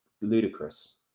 ludicrous